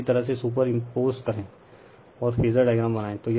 तो इसी तरह से सुपर इम्पोस करें और फेजर डायग्राम बनाएं